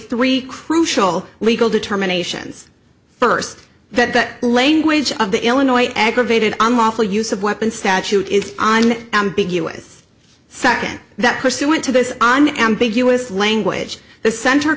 three crucial legal determinations first that that language of the illinois aggravated unlawful use of weapon statute is on ambiguous second that pursuant to this on ambiguous language the cent